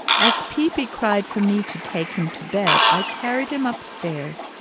as peepy cried for me to take him to bed, i carried him upstairs,